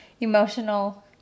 emotional